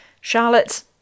Charlotte